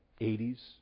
80s